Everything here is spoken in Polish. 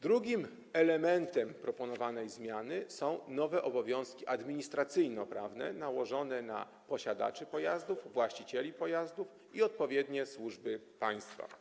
Drugim elementem proponowanej zmiany są nowe obowiązki administracyjnoprawne nałożone na posiadaczy pojazdów, właścicieli pojazdów i odpowiednie służby państwa.